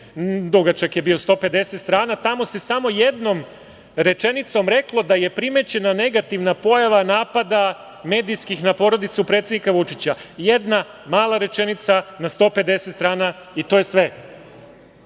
dugačak je bio 150 strana, tamo se samo jednom rečenicom reklo da je primećena negativna pojava napada medijskih na porodicu predsednika Vučića. Jedna mala rečenica na 150 strana i to je